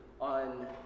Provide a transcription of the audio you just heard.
on